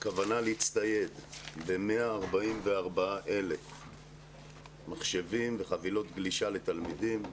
הכוונה להצטייד ב-144,000 מחשבים וחבילות גלישה לתלמידים.